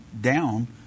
down